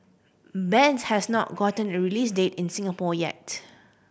bends has not gotten a release date in Singapore yet